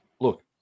look